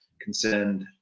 concerned